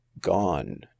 gone